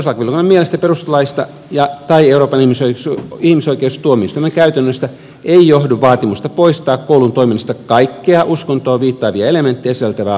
perustuslakivaliokunnan mielestä perustuslaista tai euroopan ihmisoikeustuomioistuimen käytännöstä ei johdu vaatimusta poistaa koulun toiminnasta kaikkea uskontoon viittaavia elementtejä sisältävää ainesta